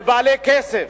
לבעלי כסף.